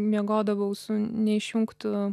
miegodavau su neišjungtu